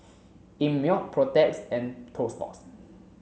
Einmilk Protex and Toast Box